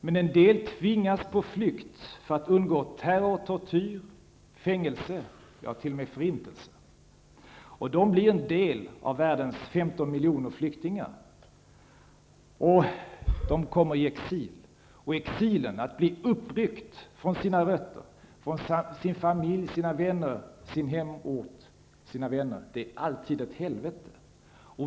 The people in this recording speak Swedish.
Men en del tvingas på flykt för att undgå terror, tortyr, fängelse, t.o.m. förintelse. De blir en del av världens 15 miljoner flyktingar. De kommer i exil, och exilen -- att bli uppryckt från sina rötter, från sin familj, sina vänner, sin hemort -- är alltid ett helvete.